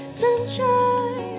sunshine